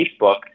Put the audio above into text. Facebook